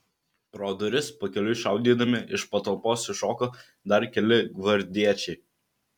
pro duris pakeliui šaudydami iš patalpos iššoko dar keli gvardiečiai